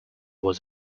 was